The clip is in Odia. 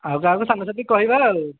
ଆଉ କାହାକୁ ସାଙ୍ଗସାଥୀଙ୍କୁ କହିବା ଆଉ